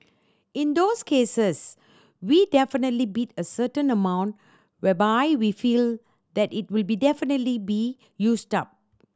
in those cases we definitely bid a certain amount whereby we feel that it will be definitely be used up